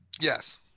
Yes